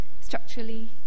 structurally